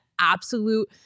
absolute